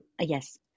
yes